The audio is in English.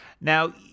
Now